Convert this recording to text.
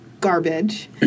garbage